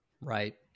Right